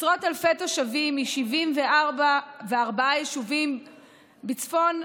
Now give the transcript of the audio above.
עשרות אלפי תושבים מ-74 יישובים בצפון,